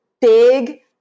big